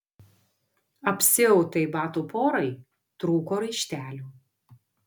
apsiautai batų porai trūko raištelių